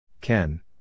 Ken